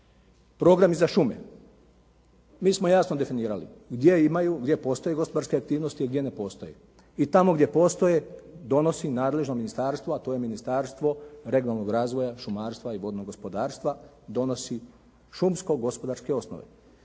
Programi za šume. Mi smo jasno definirali gdje imaju, gdje postoje gospodarske aktivnosti, a gdje ne postoje. I tamo gdje postoje donosi nadležno ministarstvo, a to je Ministarstvo regionalnog razvoja, šumarstva i vodnog gospodarstva. Donosi šumsko gospodarske osnove.